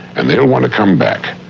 and they'll want to come back,